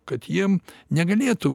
kad jiem negalėtų